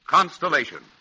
Constellation